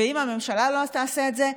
ואם הממשלה לא תעשה את זה,